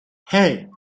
hey